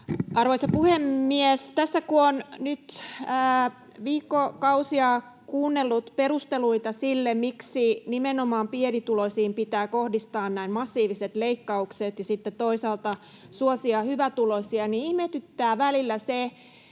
Arvoisa puhemies! Tässä kun on nyt viikkokausia kuunnellut perusteluita sille, miksi nimenomaan pienituloisiin pitää kohdistaa näin massiiviset leikkaukset ja sitten toisaalta suosia hyvätuloisia, niin ihmetyttää välillä se,